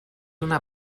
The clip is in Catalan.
una